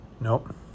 nope